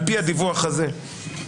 על פי הדיווח הזה --- 2021.